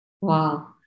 Wow